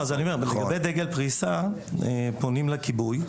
לגבי דגל פריסה פונים לכיבוי.